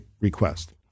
request